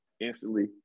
instantly